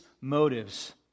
motives